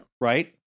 Right